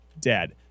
dead